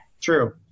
True